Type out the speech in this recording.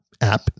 app